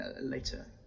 later